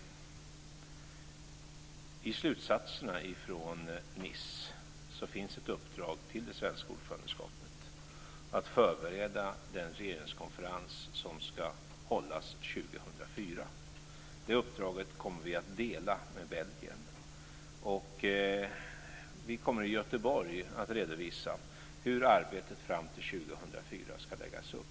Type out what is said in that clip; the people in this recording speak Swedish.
I slutsatserna från Nice finns ett uppdrag till det svenska ordförandeskapet att förbereda den regeringskonferens som ska hållas 2004. Det uppdraget kommer vi att dela med Belgien. Vi kommer i Göteborg att redovisa hur arbetet fram till 2004 ska läggas upp.